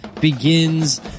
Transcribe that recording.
Begins